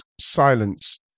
silence